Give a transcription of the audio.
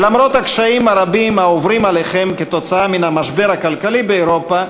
למרות הקשיים הרבים העוברים עליכם כתוצאה מהמשבר הכלכלי באירופה,